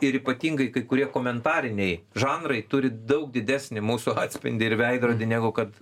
ir ypatingai kai kurie komentariniai žanrai turi daug didesnį mūsų atspindį ir veidrodį negu kad